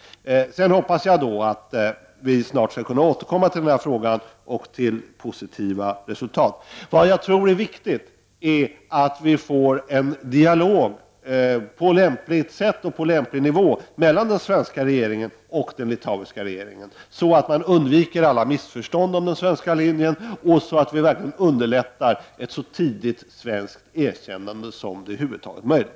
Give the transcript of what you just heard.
Jag hoppas vidare att vi snart skall kunna återkomma till denna fråga och nå positiva resultat. Jag tror att det är viktigt att vi får en dialog på lämpligt sätt och på lämplig nivå mellan den svenska regeringen och den litauiska regeringen, så att man kan undvika alla missförstånd om den svenska linjen och så att vi verkligen underlättar ett så tidigt svenskt erkännande som över huvud taget är möjligt.